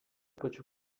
pačiu